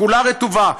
כולה רטובה,